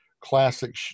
classic